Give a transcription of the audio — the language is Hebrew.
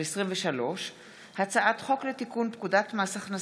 פ/2070/23 וכלה בהצעת חוק פ/2103/23: הצעת חוק לתיקון פקודת מס הכנסה